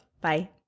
Bye